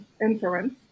inference